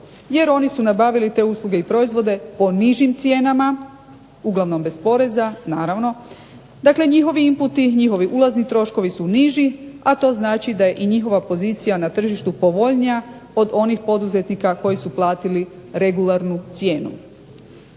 Jer oni su nabavili te usluge i proizvode po nižim cijenama uglavnom bez poreza naravno, dakle njihovi inputi, njihovi ulazni troškovi su niži to znači da je njihova pozicija na tržištu povoljnija od onih poduzetnika koji su platili regularnu cijenu.